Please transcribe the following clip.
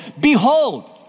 behold